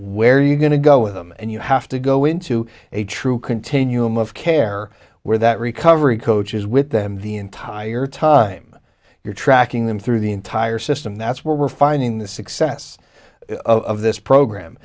where you're going to go with them and you have to go into a true continuum of care where that recovery coach is with them the entire time you're tracking them through the entire system that's where we're finding the success of this program